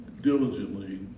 diligently